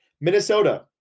Minnesota